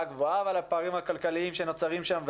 הגבוהה ועל הפערים הכלכליים שנוצרים שם.